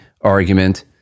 argument